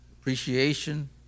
appreciation